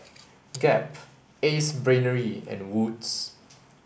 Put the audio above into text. Gap Ace Brainery and Wood's